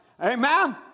Amen